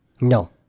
No